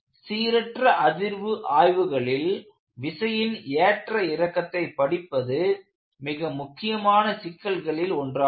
சீரற்ற அதிர்வு ஆய்வுகளில் விசையின் ஏற்ற இறக்கத்தைப் படிப்பது மிக முக்கியமான சிக்கல்களில் ஒன்றாகும்